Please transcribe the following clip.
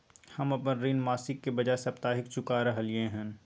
हम अपन ऋण मासिक के बजाय साप्ताहिक चुका रहलियै हन